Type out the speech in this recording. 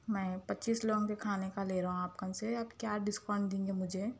میں پچیس لوگوں کے کھانے کا لے رہا ہوں آپ کن سے کیا ڈسکاؤنٹ دیں گے مجھے